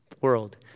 world